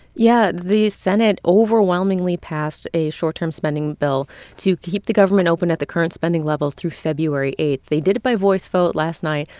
yeah. the senate overwhelmingly passed a short-term spending bill to keep the government open at the current spending levels through february eight. they did it by voice vote last night.